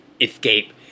escape